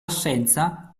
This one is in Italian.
assenza